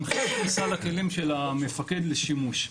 הם חלק מסל הכלים של המפקד לשימוש.